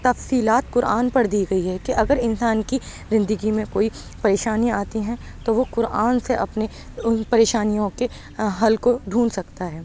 تفصیلات قرآن پر دی گئی ہے کہ اگر انسان کی زندگی میں کوئی پریشانی آتی ہیں تو وہ قرآن سے اپنی اُن پریشانیوں کے حل کو ڈھونڈ سکتا ہے